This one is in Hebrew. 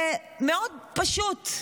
זה מאוד פשוט: